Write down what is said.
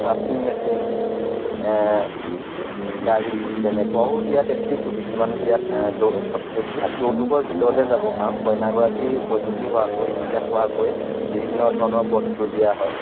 ৱাচিং মেচিন গাড়ী তেনেকুৱাও দিয়া দেখিছোঁ কিছুমান বিয়াত যৌ সেইবিলাক যৌতুকৰ ভিতৰতে যাব কাৰণ কইনাগৰাকী উপযোগী হোৱাকৈ সুবিধা হোৱাকৈ বিভিন্ন ধৰণৰ বস্তু দিয়া হয়